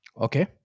Okay